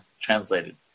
translated